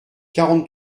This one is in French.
quarante